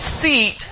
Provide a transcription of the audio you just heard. seat